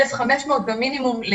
1,500 שקלים במינימום,